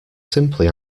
simply